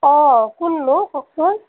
অঁ কোননো কওকচোন